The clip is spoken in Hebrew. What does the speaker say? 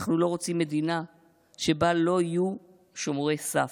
אנחנו לא רוצים מדינה שבה לא יהיו שומרי סף.